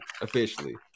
Officially